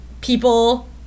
people